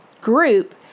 group